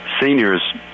Seniors